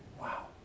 wow